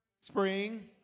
spring